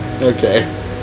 Okay